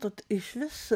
tad išvis